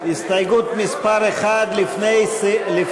יחיאל חיליק בר, עמיר פרץ, מרב מיכאלי,